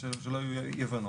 שלא יהיו אי הבנות,